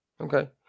okay